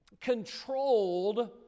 controlled